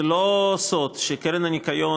זה לא סוד שהקרן לשמירת הניקיון,